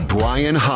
Brian